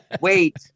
wait